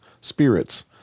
spirits